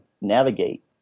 navigate